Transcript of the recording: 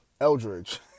Eldridge